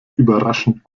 überraschend